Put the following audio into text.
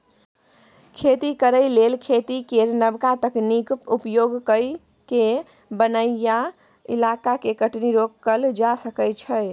खेती करे लेल खेती केर नबका तकनीक उपयोग कए कय बनैया इलाका के कटनी रोकल जा सकइ छै